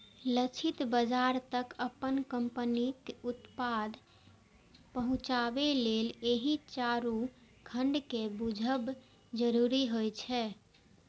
लक्षित बाजार तक अपन कंपनीक उत्पाद पहुंचाबे लेल एहि चारू खंड कें बूझब जरूरी होइ छै